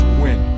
win